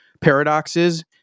paradoxes